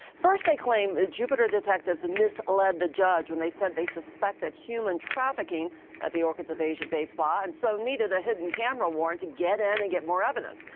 first they claim jupiter detectives and misled the judge when they said they suspected human trafficking at the orchids of asia day spa, and so needed a hidden camera warrant to get in and get more evidence.